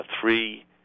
three